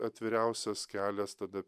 atviriausias kelias tada